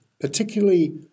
particularly